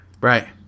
Right